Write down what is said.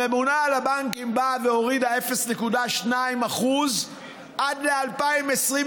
הממונה על הבנקים הורידה 0.2% עד ל-2023.